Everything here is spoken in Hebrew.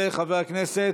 וחבר הכנסת,